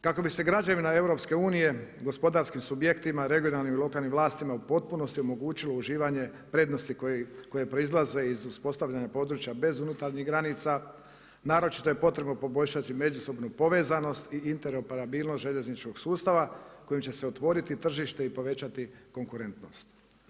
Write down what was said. Kako bi se građanima EU-a, gospodarskim subjektima, regionalnim i lokalnim vlastima u potpunosti omogućilo uživanje prednosti koje proizlaze iz uspostavljenog područja bez unutarnjih granica, naročito je potrebno poboljšati međusobnu povezanost i interoperabilnost željezničkog sustava, kojim će se otvoriti tržište i povećati konkurentnost.